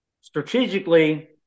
Strategically